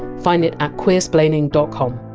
find it at queersplaining dot com